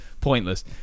pointless